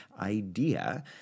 idea